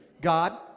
God